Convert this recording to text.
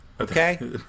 Okay